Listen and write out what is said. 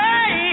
Hey